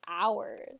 hours